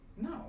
No